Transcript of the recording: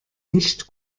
nicht